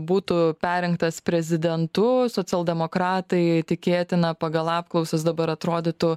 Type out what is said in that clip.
būtų perrinktas prezidentu socialdemokratai tikėtina pagal apklausas dabar atrodytų